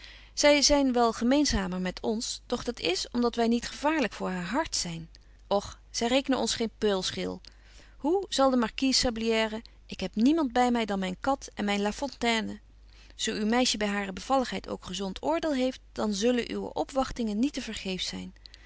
zy zyn wel gemeenzamer met ons doch dat is om dat wy niet gevaarlyk voor haar hart zyn och zy rekenen ons geen peulschil hoe zei de marquise sabliere ik heb niemand by my dan myn kat en myn la fontaine zo uw meisje by hare bevalligheid ook gezont oordeel heeft dan zullen uwe opwagtingen niet te vergeefsch zyn